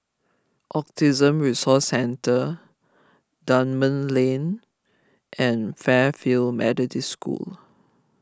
Autism Resource Centre Dunman Lane and Fairfield Methodist School